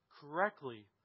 correctly